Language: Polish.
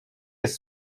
jest